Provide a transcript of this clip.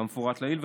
כמפורט לעיל,